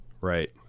right